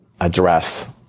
address